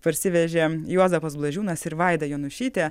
parsivežė juozapas blažiūnas ir vaida janušytė